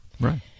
right